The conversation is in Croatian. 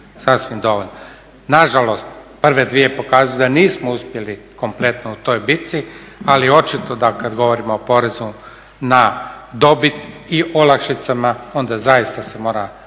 sasvim dovoljna. Na žalost, prve dvije pokazuju da nismo uspjeli kompletno u toj bici. Ali očito da kad govorimo o porezu na dobit i olakšicama onda zaista se mora